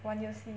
玩游戏